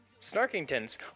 Snarkingtons